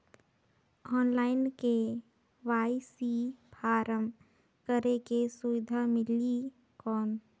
Online KYC form करेके सुविधा मिली कौन?